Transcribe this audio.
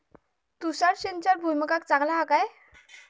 तुषार सिंचन भुईमुगाक चांगला हा काय?